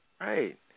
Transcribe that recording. Right